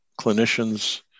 clinicians